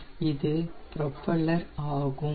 இது ப்ரோப்பெல்லர் ஆகும்